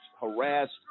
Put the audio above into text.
harassed